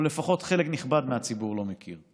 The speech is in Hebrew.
או לפחות חלק נכבד מהציבור לא מכיר,